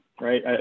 right